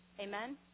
Amen